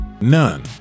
None